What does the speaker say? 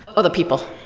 oh, the people.